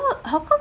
so how come